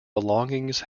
belongings